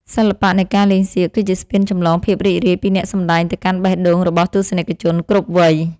សិល្បៈនៃការលេងសៀកគឺជាស្ពានចម្លងភាពរីករាយពីអ្នកសម្តែងទៅកាន់បេះដូងរបស់ទស្សនិកជនគ្រប់វ័យ។